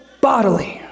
bodily